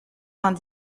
vingt